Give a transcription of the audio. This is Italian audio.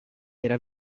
era